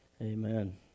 Amen